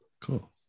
cool